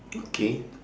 okay